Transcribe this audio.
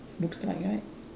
looks like right